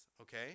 okay